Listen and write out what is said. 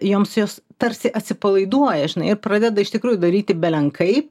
jums jos tarsi atsipalaiduoja žinai ir pradeda iš tikrųjų daryti belenkai